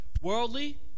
worldly